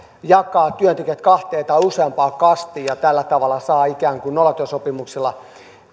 jakaa työntekijät kahteen tai useampaan kastiin ja tällä tavalla saa ikään kuin nollatyösopimuksilla